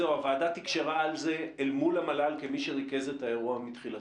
או הוועדה תקשרה על זה אל מול המל"ל כמי שריכז את האירוע מתחילתו.